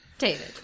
David